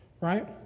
right